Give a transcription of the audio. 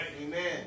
Amen